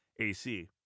AC